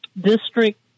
district